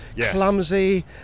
clumsy